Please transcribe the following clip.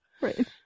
Right